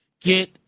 get